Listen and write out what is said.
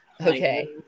okay